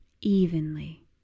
evenly